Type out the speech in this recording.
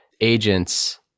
agents